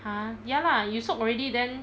!huh! ya lah you soak already then